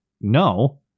no